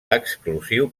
exclusiu